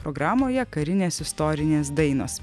programoje karinės istorinės dainos